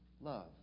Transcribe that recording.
love